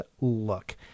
look